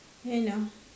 end now